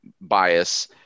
bias